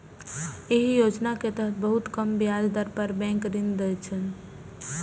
एहि योजना के तहत बहुत कम ब्याज दर पर बैंक ऋण दै छै